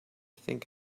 think